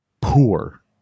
poor